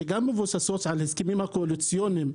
שגם מבוססות על ההסכמים הקואליציוניים,